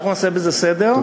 אנחנו נעשה בזה סדר.